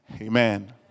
amen